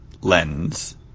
lens